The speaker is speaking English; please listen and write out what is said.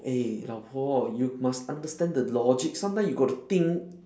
eh 老婆 you must understand the logic sometimes you got to think